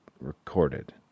recorded